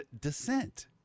descent